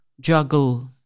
juggle